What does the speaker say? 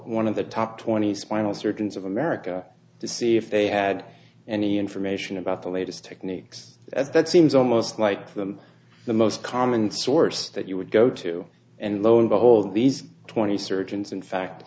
one of the top twenty spinal surgeons of america to see if they had any information about the latest techniques that seems almost like them the most common source that you would go to and lo and behold these twenty surgeons in fact